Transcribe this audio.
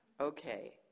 okay